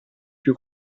più